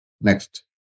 Next